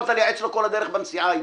יכולת לייעץ לו כל הדרך בנסיעה איתו.